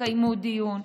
תקיימו דיון,